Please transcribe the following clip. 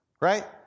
Right